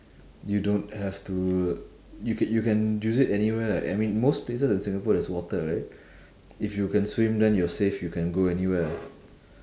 you don't have to you ca~ you can use it anywhere right I mean most places in singapore there's water right if you can swim then you're safe you can go anywhere ah